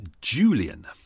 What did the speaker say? Julian